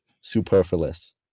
superfluous